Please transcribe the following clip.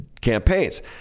campaigns